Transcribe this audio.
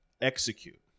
execute